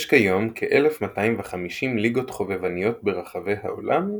יש כיום כ-1250 ליגות חובבניות ברחבי העולם,